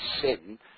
sin